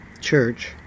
church